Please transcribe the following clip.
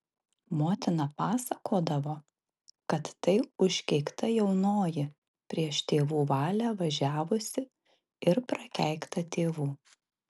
motina pasakodavo kad tai užkeikta jaunoji prieš tėvų valią važiavusi ir prakeikta tėvų